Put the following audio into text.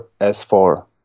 s4